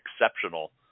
exceptional